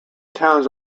towns